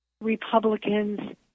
republicans